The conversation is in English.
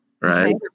Right